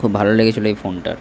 খুব ভালো লেগেছিলো এই ফোনটার